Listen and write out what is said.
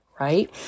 right